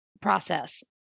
process